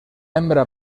hembra